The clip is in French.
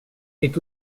est